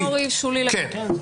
זה חייב --- שולי לחלוטין.